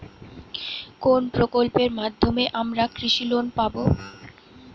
কোন প্রকল্পের মাধ্যমে আমরা কৃষি লোন পাবো?